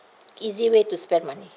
easy way to spend money